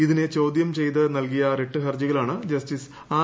ഇതിനെ ചോദ്യം ചെയ്ത് നൽകിയ റിട്ട് ഹർജികളാണ് ജസ്റ്റിസ് ആർ